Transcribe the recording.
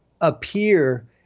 appear